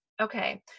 Okay